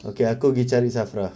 okay aku pergi cari SAFRA